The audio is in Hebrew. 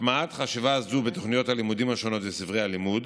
הטמעת חשיבה זו בתוכניות הלימודים השונות ובספרי הלימוד,